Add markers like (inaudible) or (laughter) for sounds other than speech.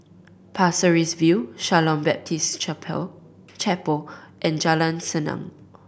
Pasir Ris View Shalom Baptist (unintelligible) Chapel and Jalan Senang